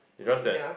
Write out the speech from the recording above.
is just that